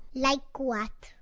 like what?